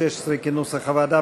כנוסח הוועדה,